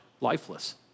lifeless